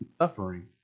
suffering